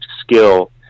skill